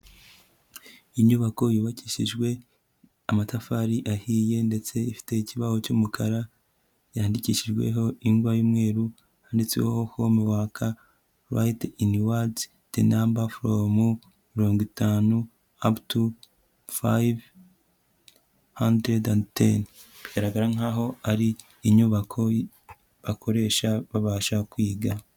Inyubako yubakishijwe amatafari ahiye, ndetse ifite ikibaho cy'umukara, yandikishijweho ingwa y'umweru handitseho home work, write in word the number from mirongo itanu, up to five hundred and ten, igaragara nkaho ari inyubako bakoresha babasha kwiga.